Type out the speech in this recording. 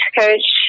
coach